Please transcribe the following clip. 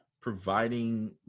providing